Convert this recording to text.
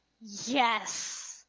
yes